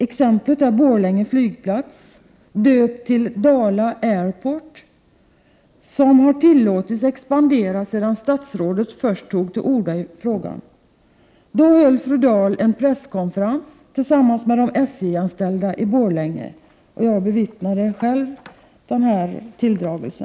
Exemplet är Borlänge flygplats, döpt till Dala Airport, som har tillåtits expandera sedan statsrådet först tog till orda i frågan när hon höll en presskonferens tillsammans med de SJ-anställda i Borlänge. Jag bevittnade själv denna tilldragelse.